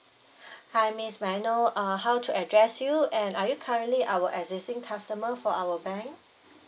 hi miss may I know uh how to address you and are you currently our existing customer for our bank